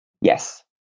Yes